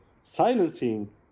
silencing